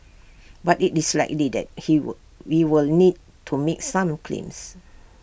but IT is likely that he will we will need to make some claims